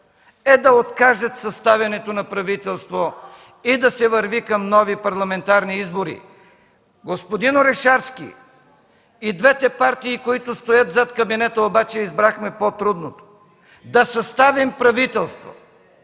е да откажат съставянето на правителство и да се върви към нови парламентарни избори. Господин Орешарски и двете партии, които стоят зад кабинета, обаче избрахме по-трудното – да съставим правителство